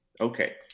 Okay